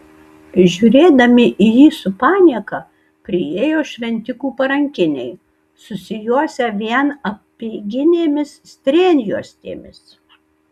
žiūrėdami į jį su panieka priėjo šventikų parankiniai susijuosę vien apeiginėmis strėnjuostėmis